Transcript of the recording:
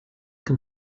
can